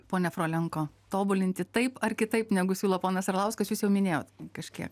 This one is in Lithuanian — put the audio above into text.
pone frolenko tobulinti taip ar kitaip negu siūlo ponas arlauskas jūs jau minėjot kažkiek